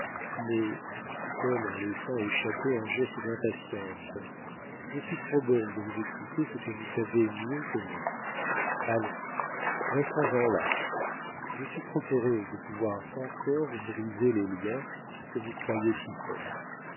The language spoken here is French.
mais reprit-elle en laissant échapper un geste d'impatience je suis trop bonne de vous expliquer ce que vous savez mieux que moi allons restons-en là je suis trop heureuse de pouvoir encore briser les liens que vous croyez si forts